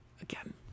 again